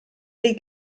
dei